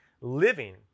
living